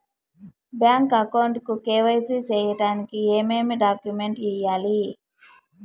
Bank account కు KYC సేయడానికి ఏమేమి డాక్యుమెంట్ ఇవ్వాలి?